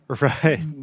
Right